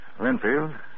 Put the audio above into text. Linfield